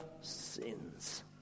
sins